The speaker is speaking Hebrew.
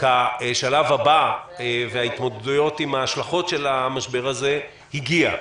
כשלב הבא וההתמודדות עם ההשלכות של המשבר הזה הגיע.